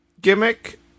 gimmick